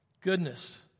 Goodness